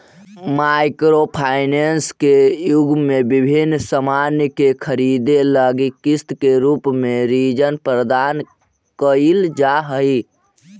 micro finance के युग में विभिन्न सामान के खरीदे लगी किस्त के रूप में ऋण प्रदान कईल जा हई